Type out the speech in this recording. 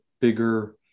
bigger